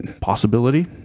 possibility